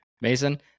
Mason